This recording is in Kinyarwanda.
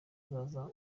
azaza